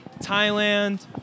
Thailand